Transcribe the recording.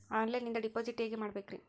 ಆನ್ಲೈನಿಂದ ಡಿಪಾಸಿಟ್ ಹೇಗೆ ಮಾಡಬೇಕ್ರಿ?